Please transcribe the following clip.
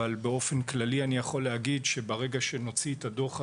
אבל באופן כללי אני יכול להגיד שברגע שנוציא את הדוח הזה,